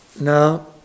Now